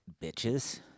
Bitches